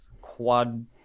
quad